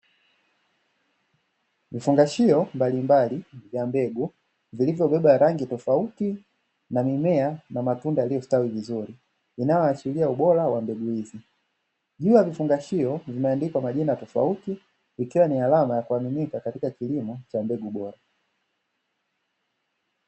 Vifungashio mbalimbali vya Mbegu, vilivyobeba rangi tofauti, na mimea na matunda yaliyostawi vizuri, inayoashiria ubora wa mbegu hizi. Juu ya Vifungashio vimeandikwa majina tofauti, ikiwa ni alama ya kuaminika katika kilimo cha mbegu bora.